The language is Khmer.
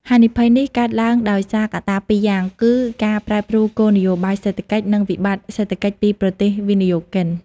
ហានិភ័យនេះកើតឡើងដោយសារកត្តាពីរយ៉ាង គឺការប្រែប្រួលគោលនយោបាយសេដ្ឋកិច្ច និងវិបត្តិសេដ្ឋកិច្ចពីប្រទេសវិនិយោគិន។